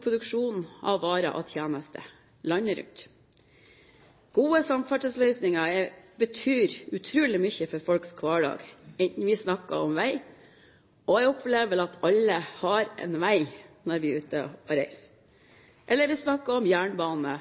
produksjon av varer og tjenester landet rundt. Gode samferdselsløsninger betyr utrolig mye for folks hverdag, enten vi snakker om vei – og jeg opplever vel at alle har en vei, når vi er ute og reiser – jernbane,